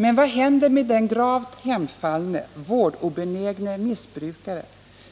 Men vad händer med den gravt hemfallne, vårdobenägne missbrukare